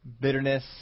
bitterness